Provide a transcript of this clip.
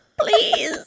please